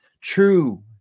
true